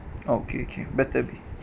okay can better be